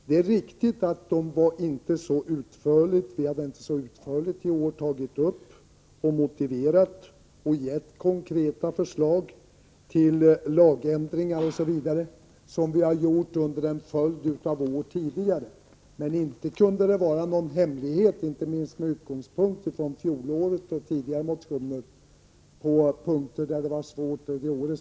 Det är riktigt att vi i år inte så utförligt tagit upp och motiverat konkreta förslag till lagändringar som vi tidigare har gjort under en följd av år. Men inte hade det varit svårt att med utgångspunkt i fjolårets och tidigare års motioner få ut vad vi ville.